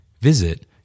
Visit